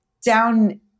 down